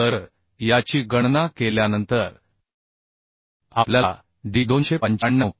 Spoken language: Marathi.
तर याची गणना केल्यानंतर आपल्याला d 295